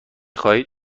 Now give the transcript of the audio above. خواهید